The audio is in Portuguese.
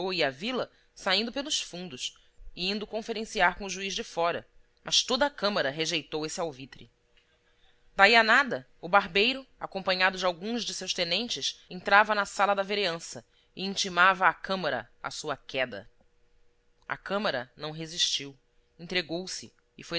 e à vila saindo pelos fundos e indo conferenciar com o juiz de fora mas toda a câmara rejeitou esse alvitre daí a nada o barbeiro acompanhado de alguns de seus tenentes entrava na sala da vereança intimava à câmara a sua queda a câmara não resistiu entregou-se